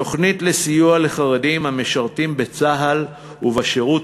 תוכנית לסיוע לחרדים המשרתים בצה"ל ובשירות